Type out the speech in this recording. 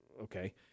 okay